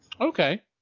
Okay